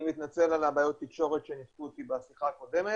אני מתנצל על בעיות התקשורת שניתקו אותי בשיחה הקודמת.